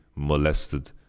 molested